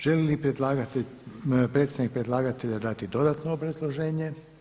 Želi li predstavnik predlagatelja dati dodatno obrazloženje?